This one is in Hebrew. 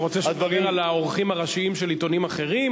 אתה רוצה שנדבר על העורכים הראשיים של עיתונים אחרים?